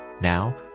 Now